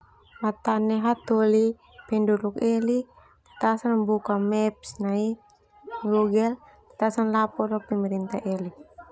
Au atane hatoli penduduk eli, ta sono buka Maps nai Google, tah sono lapor lo pemerintah eli.